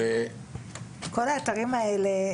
כל האתרים האלה,